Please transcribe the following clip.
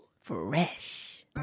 Fresh